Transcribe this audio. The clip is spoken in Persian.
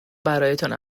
برایتان